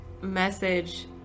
message